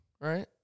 right